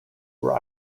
were